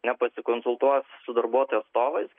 nepasikonsultuos su darbuotojų atstovais